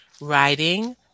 writing